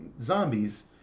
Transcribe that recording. zombies